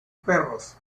perros